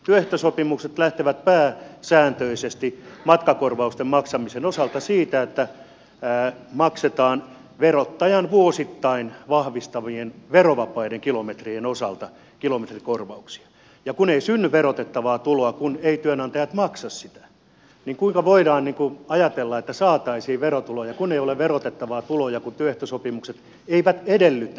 työehtosopimukset lähtevät pääsääntöisesti matkakorvausten maksamisen osalta siitä että maksetaan verottajan vuosittain vahvistamien verovapaiden kilometrien osalta kilometrikorvauksia ja kun ei synny verotettavaa tuloa kun eivät työnantajat maksa sitä niin kuinka voidaan ajatella että saataisiin verotuloja kun ei ole verotettavaa tuloa ja työehtosopimukset eivät edellytä